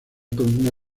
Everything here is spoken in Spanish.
columna